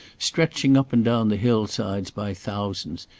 stretching up and down the hill-sides by thousands,